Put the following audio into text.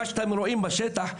מה שאתם רואים בשטח,